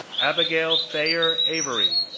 abigail thayer avery,